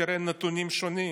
תראה נתונים שונים.